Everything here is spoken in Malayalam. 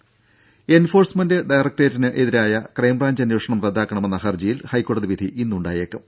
രുര എൻഫോഴ്സ്മെന്റ് ഡയറക്ടറേറ്റിനെതിരായ ക്രൈംബ്രാഞ്ച് അന്വേഷണം റദ്ദാക്കണമെന്ന ഹർജിയിൽ ഹൈക്കോടതി വിധി ഇന്നുണ്ടായേക്കും